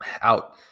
out